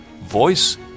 voice